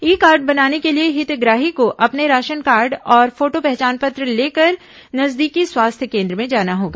ई card बनाने के लिए हितग्राही को अपने राशन कार्ड और फोटो पहचान पत्र लेकर नजदीकी स्वास्थ्य केन्द्र में जाना होगा